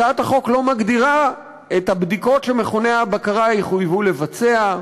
הצעת החוק לא מגדירה את הבדיקות שמכוני הבקרה יחויבו לבצע.